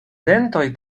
dentoj